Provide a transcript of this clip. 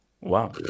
Wow